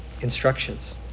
instructions